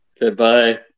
Goodbye